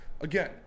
again